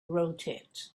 rotate